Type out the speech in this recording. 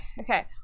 okay